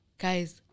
guys